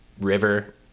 river